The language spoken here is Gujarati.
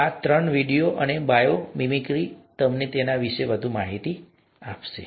તો આ ત્રણ વીડિયો અને બાયો મિમિક્રી તમને તેના વિશે વધુ માહિતી આપી શકશે